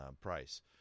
price